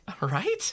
Right